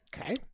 Okay